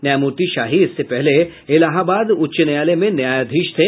न्यायमूर्ति शाही इससे पहले इलाहाबाद उच्च न्यायालय में न्यायाधीश थे